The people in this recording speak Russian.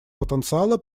потенциала